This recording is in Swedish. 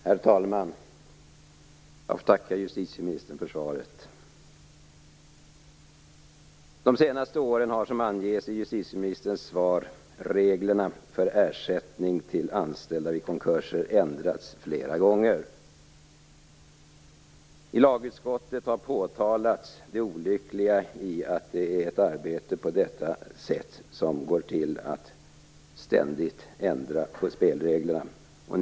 Herr talman! Jag får tacka justitieministern för svaret. De senaste åren har, som anges i justitieministerns svar, reglerna för ersättning till anställda vid konkurser ändrats flera gånger. I lagutskottet har det påtalats att det är olyckligt att arbeta på detta sätt och ständigt ändra spelreglerna. Det har efterlysts en genomgång och analys av olika sätt att lösa denna viktiga fråga.